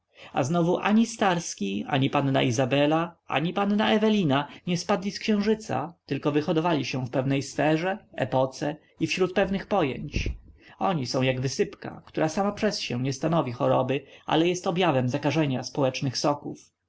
a znowu ani starski ani panna izabela ani panna ewelina nie spadli z księżyca tylko wyhodowali się w pewnej sferze epoce i wśród pewnych pojęć oni są jak wysypka która sama przez się nie stanowi choroby ale jest objawem zakażenia społecznych soków